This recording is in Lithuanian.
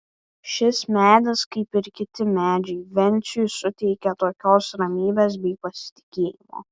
šis medis kaip ir kiti medžiai venciui suteikia tokios ramybės bei pasitikėjimo